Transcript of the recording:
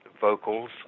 vocals